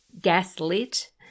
gaslit